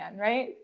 right